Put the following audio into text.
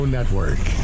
Network